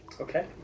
Okay